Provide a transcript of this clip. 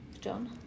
John